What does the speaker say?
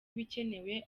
ibikenewe